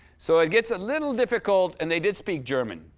so it gets a little difficult and they did speak german,